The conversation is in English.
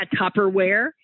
Tupperware